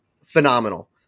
Phenomenal